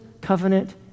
covenant